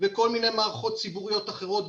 וכל מיני מערכות ציבוריות אחרות.